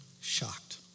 shocked